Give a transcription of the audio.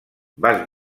vas